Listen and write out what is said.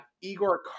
Igor